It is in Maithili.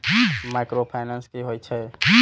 माइक्रो फाइनेंस कि होई छै?